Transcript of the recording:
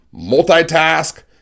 multitask